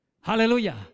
Hallelujah